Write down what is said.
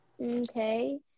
Okay